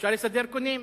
אפשר לסדר קונים.